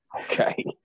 Okay